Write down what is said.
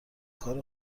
کار